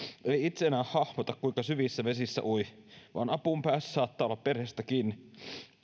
ei itse enää hahmota kuinka syvissä vesissä ui vaan apuun pääsy saattaa olla perheestä kiinni